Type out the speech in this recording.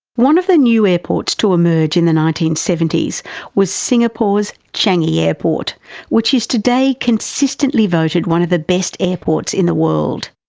one of the new airports that emerged in the nineteen seventy s was singapore's changi airport which is today consistently voted one of the best airports in the world.